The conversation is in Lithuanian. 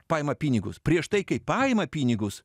paima pinigus prieš tai kai paima pinigus